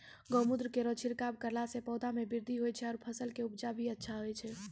गौमूत्र केरो छिड़काव करला से पौधा मे बृद्धि होय छै फसल के उपजे भी अच्छा होय छै?